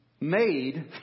made